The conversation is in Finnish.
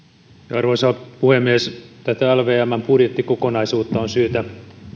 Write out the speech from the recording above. arvoisa puhemies tätä lvmn budjettikokonaisuutta on syytä